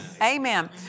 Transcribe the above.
Amen